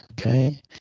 Okay